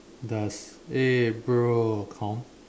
does eh bro com